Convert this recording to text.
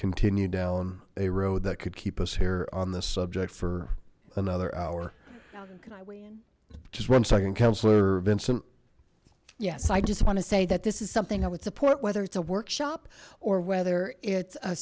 continue down a road that could keep us here on this subject for another hour just one second counselor vincent yes i just want to say that this is something i would support whether it's a workshop or whether it's a